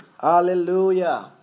Hallelujah